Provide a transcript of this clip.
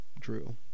drill